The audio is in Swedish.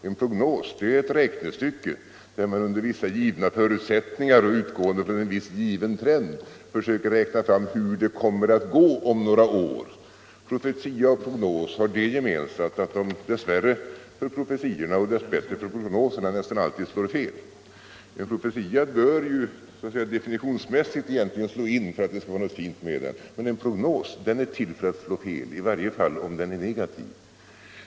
En prognos är ett räknestycke där man under vissa givna förutsättningar och utgående från en viss given trend försöker räkna ut hur det kommer att gå om några år. Profetia och prognos har det gemensamt att de, dess värre för profetian och dess bättre för prognosen, nästan alltid slår fel. En profetia bör ju definitionsmässigt slå in för att det skall vara något fint med den, men en prognos är till för att slå fel, i varje fall om den är negativ.